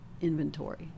inventory